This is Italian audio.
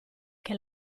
che